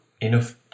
enough